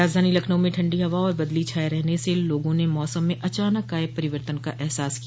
राजधानी लखनऊ में ठंडी हवा और बदली छायी रहने से लोगों ने मौसम में अचानक आये परिवर्तन का एहसास किया